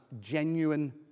genuine